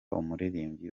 umuririmbyi